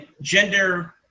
gender